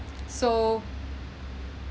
so